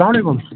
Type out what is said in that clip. سلام علیکُم